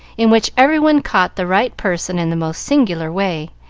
in which every one caught the right person in the most singular way,